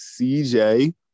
CJ